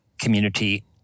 community